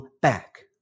back